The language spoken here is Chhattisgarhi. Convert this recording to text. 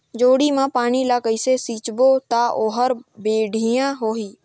जोणी मा पानी ला कइसे सिंचबो ता ओहार बेडिया होही?